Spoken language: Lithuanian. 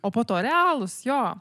o po to realūs jo